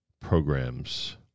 programs